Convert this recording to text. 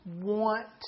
want